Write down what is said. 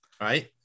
Right